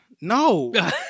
No